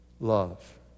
Love